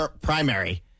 primary